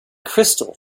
crystal